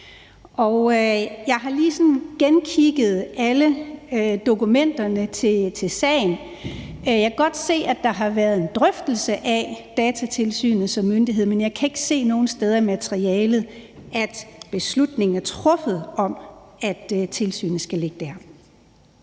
Jeg har lige sådan genkigget på alle dokumenterne til sagen, og jeg kan godt se, at der har været en drøftelse af Datatilsynet som myndighed, men jeg kan ikke se nogen steder i materialet, at beslutningen, om at tilsynet skal ligge der,